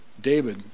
David